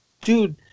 Dude